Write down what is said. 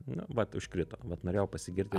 nu vat užkrito vat norėjau pasigirti